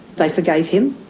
they forgave him?